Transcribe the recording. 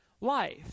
life